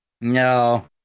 No